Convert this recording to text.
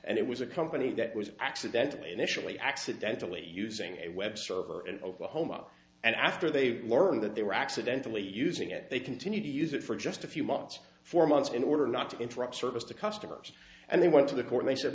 and it was a company that was accidentally initially accidentally using a web server and oklahoma and after they learned that they were accidentally using it they continued to use it for just a few months for months in order not to interrupt service to customers and they went to the court they said